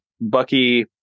Bucky